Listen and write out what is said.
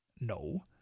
No